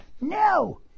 No